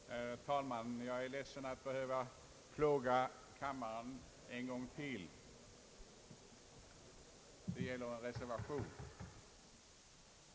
Herr talman! Jag är ledsen att behöva besvära kammaren en gång till.